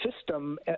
system –